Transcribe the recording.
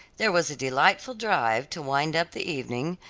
there was a delightful drive, to wind up the evening,